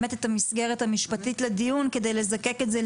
המסגרת המשפטית לדיון כדי לזקק את זה.